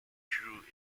grew